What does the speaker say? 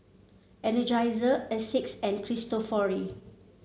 Energizer Asics and Cristofori